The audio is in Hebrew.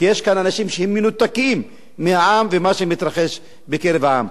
כי יש כאן אנשים שהם מנותקים מהעם וממה שמתרחש בקרב העם.